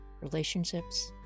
relationships